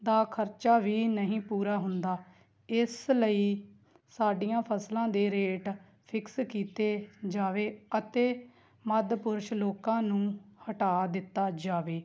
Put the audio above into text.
ਦਾ ਖਰਚਾ ਵੀ ਨਹੀਂ ਪੂਰਾ ਹੁੰਦਾ ਇਸ ਲਈ ਸਾਡੀਆਂ ਫਸਲਾਂ ਦੇ ਰੇਟ ਫਿਕਸ ਕੀਤੇ ਜਾਵੇ ਅਤੇ ਮੱਧ ਪੁਰਸ਼ ਲੋਕਾਂ ਨੂੰ ਹਟਾ ਦਿੱਤਾ ਜਾਵੇ